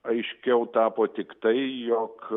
aiškiau tapo tiktai jog